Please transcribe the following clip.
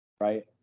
right